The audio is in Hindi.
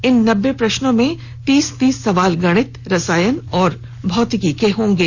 इन नब्बे प्रश्नों में तीस तीस सवाल गणित रसायन और भौतिकी के होंगे